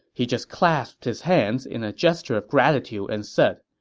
he just clasped his hands in a gesture of gratitude and said,